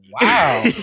wow